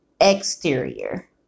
exterior